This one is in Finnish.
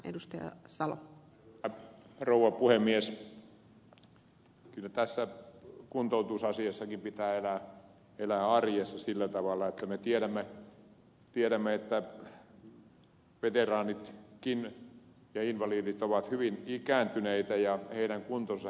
kyllä tässä kuntoutusasiassakin pitää elää arjessa sillä tavalla että me tiedämme että veteraanitkin ja invalidit ovat hyvin ikääntyneitä ja heidän kuntonsa heikkenee päivittäin